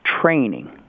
training